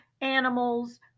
animals